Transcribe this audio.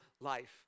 life